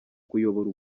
kuyobora